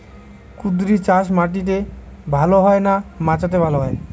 কুঁদরি চাষ মাটিতে ভালো হয় না মাচাতে ভালো হয়?